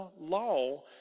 law